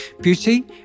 Beauty